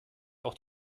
auch